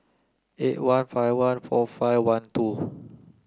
eight one five one four five one two